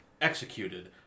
executed